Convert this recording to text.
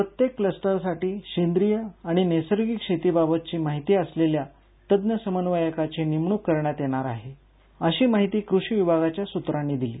प्रत्येक क्लस्टरसाठी सेंद्रीय आणि नैसर्गिक शेतीबाबतची माहिती असलेल्या तज्ञ समन्वयकाची नेमणूक करण्यात येणार आहे अशी माहिती कृषी विभागातील सूत्रांनी दिली